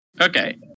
Okay